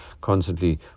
constantly